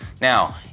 now